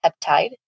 peptide